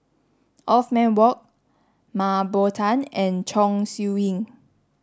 Othman Wok Mah Bow Tan and Chong Siew Ying